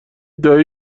دایی